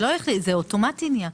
זה אוטומטית נהיה קיצוץ.